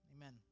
Amen